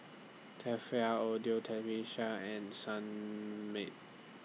Tefal Audio Technica and Sunmaid